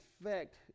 effect